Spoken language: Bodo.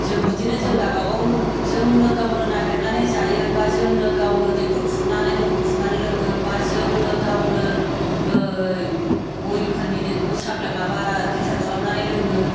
जों बिदिनो जों गाबागाव जोंनो गावनो नागिरनानै जायो बा जोंनो गावनो दैखर खुरनानै दंखल खुरनानै लोङो बा जोंनो गावनो बरिंफोथनि दैखौबो साप्लाइ माबा पिल्टार खालामनानै लोङो